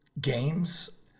games